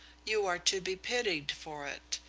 you are to be pitied for it.